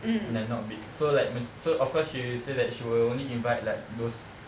like not big so like so of course she said that she will only invite like those